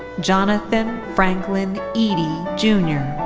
jonathan franklin eady junior.